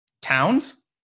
Towns